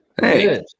hey